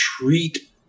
treat